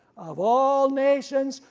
of all nations,